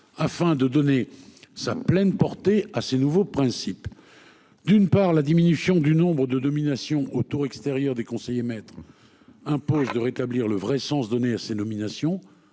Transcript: afin de donner sa pleine portée à ses nouveaux principes. D'une part la diminution du nombre de domination au tour extérieur des conseillers maîtres. Impose de rétablir le vrai sens donner à ces nominations